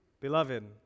beloved